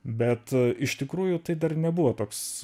bet iš tikrųjų tai dar nebuvo toks